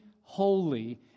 holy